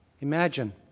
Imagine